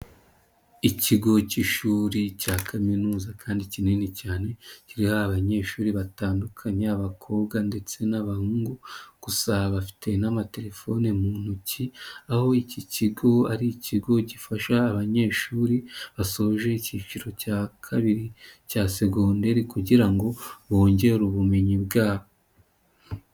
Ikigo cy'ishuri cya kaminuza kandi kinini cyane, kiriho abanyeshuri batandukanye, abakobwa ndetse n'abahungu, gusa bafite n'amatelefone mu ntoki, aho iki kigo ari ikigo gifasha abanyeshuri basoje icyiciro cya kabiri cya segondere kugira ngo bongere ubumenyi bwabo.